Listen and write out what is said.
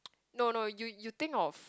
no no you you think of